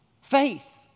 faith